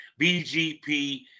bgp